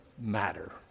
matter